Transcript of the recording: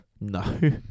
No